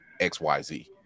xyz